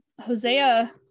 Hosea